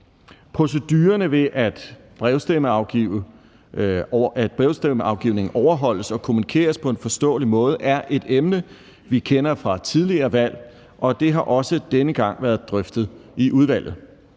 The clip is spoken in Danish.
brevstemme, og at brevstemmeafgivningen overholdes og kommunikeres på en forståelig måde, er et emne, vi kender fra tidligere valg, og det har også denne gang været drøftet i udvalget.